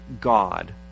God